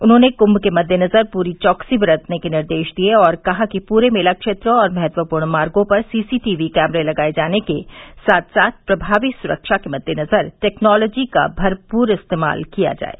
उन्होंने क्म के मददेनजर पूरी चौकसी बरतने के निर्देश दिये और कहा कि पूरे मेला क्षेत्र और महत्वपूर्ण मार्गो पर सीसी टीवी कैमरे लगाये जाने के साथ साथ प्रभावी सुरक्षा के मद्देनज़र टेक्नोलॉजी का भरपूर इस्तेमाल किया जाये